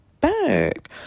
back